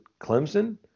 Clemson